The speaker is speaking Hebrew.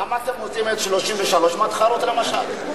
למה אתם מוציאים את 33 מהתחרות, למשל?